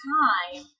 time